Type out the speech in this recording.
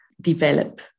develop